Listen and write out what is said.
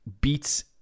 beats